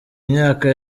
imyaka